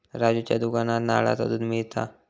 राजूच्या दुकानात नारळाचा दुध मिळता